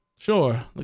Sure